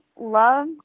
love